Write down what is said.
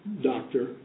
doctor